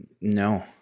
No